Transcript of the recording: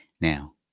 Now